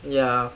ya